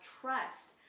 trust